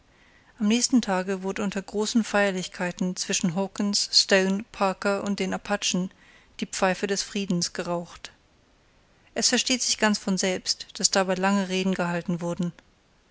am nächsten tage wurde unter großen feierlichkeiten zwischen hawkens stone parker und den apachen die pfeife des friedens geraucht es versteht sich ganz von selbst daß dabei lange reden gehalten wurden